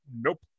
Nope